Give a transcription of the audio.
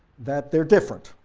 that they're different.